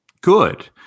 good